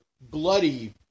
bloody